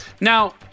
Now